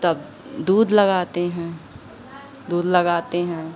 तब दूध लगाते हैं दूध लगाते हैं